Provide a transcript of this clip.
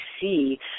see